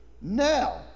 Now